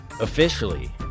officially